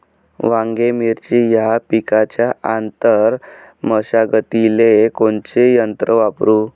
वांगे, मिरची या पिकाच्या आंतर मशागतीले कोनचे यंत्र वापरू?